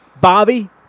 Bobby